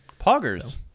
poggers